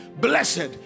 Blessed